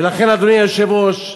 ולכן, אדוני היושב-ראש,